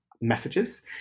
messages